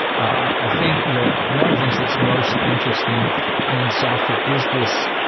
i think that one of the things that's most interesting in software is this,